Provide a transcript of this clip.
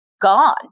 gone